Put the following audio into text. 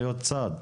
להיות צד?